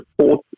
support